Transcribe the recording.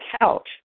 couch